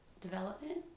development